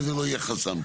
וזה לא יהיה חסם.